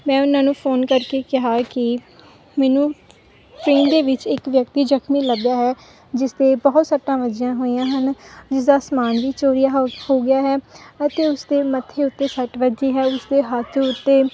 ਮੈਂ ਉਹਨਾਂ ਨੂੰ ਫੋਨ ਕਰਕੇ ਕਿਹਾ ਕਿ ਮੈਨੂੰ ਟ੍ਰੇਨ ਦੇ ਵਿੱਚ ਇੱਕ ਵਿਅਕਤੀ ਜਖ਼ਮੀ ਲੱਭਿਆ ਹੈ ਜਿਸਦੇ ਬਹੁਤ ਸੱਟਾਂ ਵੱਜੀਆਂ ਹੋਈਆਂ ਹਨ ਜਿਸਦਾ ਸਮਾਨ ਵੀ ਚੋਰੀ ਹੋ ਗਿਆ ਹੈ ਅਤੇ ਉਸਦੇ ਮੱਥੇ ਉੱਤੇ ਸੱਟ ਵੱਜੀ ਹੈ ਉਸਦੇ ਹੱਥ ਉੱਤੇ